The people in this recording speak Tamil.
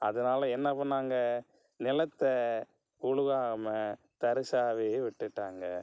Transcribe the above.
அதனால என்ன பண்ணாங்க நிலத்த உழுவாமல் தரிசாவே விட்டுட்டாங்க